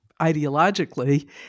ideologically